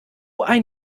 ein